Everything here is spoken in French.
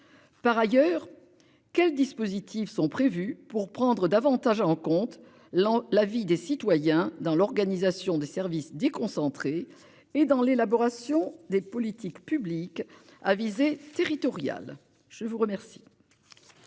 Par ailleurs, quels dispositifs sont prévues pour prendre davantage en compte l'an la vie des citoyens dans l'organisation des services déconcentrés et dans l'élaboration des politiques publiques à visée territoriale. Je vous remercie.